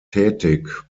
tätig